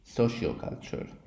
socioculture